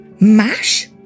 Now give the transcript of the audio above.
mash